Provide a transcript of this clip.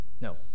No